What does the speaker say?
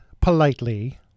politely